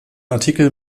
artikel